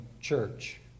church